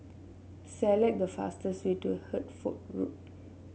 select the fastest way to Hertford Road